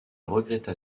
regretta